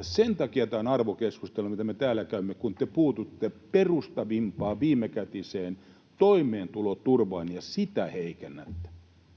Sen takia tämä on arvokeskustelu, mitä me täällä käymme, kun te puututte perustavimpaan, viimekätiseen toimeentuloturvaan ja sitä heikennätte.